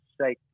say